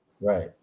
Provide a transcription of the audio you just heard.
Right